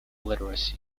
literacy